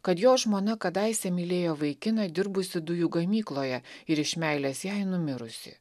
kad jo žmona kadaise mylėjo vaikiną dirbusį dujų gamykloje ir iš meilės jai numirusį